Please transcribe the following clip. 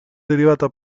derivata